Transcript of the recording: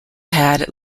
had